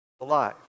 alive